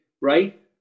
right